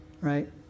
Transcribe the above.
right